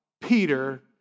Peter